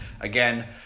Again